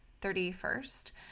31st